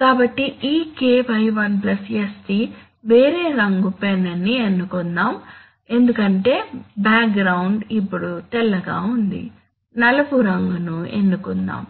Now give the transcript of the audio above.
కాబట్టి ఈ K 1 sτ వేరే రంగు పెన్ ని ఎన్నుకుందాం ఎందుకంటే బ్యాక్ గ్రౌండ్ ఇప్పుడు తెల్లగా ఉంది నలుపు రంగును ఎన్నుకుందాం